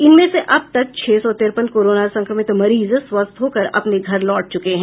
इनमें से अब तक छह सौ तिरपन कोरोना संक्रमित मरीज स्वस्थ होकर अपने घर लौट चुके हैं